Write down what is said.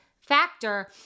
factor